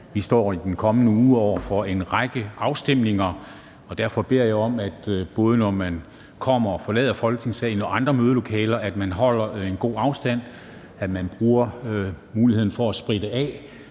Vi står i den kommende uge over for en række afstemninger, og derfor beder jeg om, at man, både når man kommer og forlader Folketingssalen og andre mødelokaler, holder en god afstand og bruger muligheden for at spritte af